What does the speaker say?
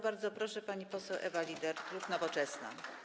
Bardzo proszę, pani poseł Ewa Lieder, klub Nowoczesna.